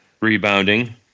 rebounding